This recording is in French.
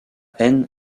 haine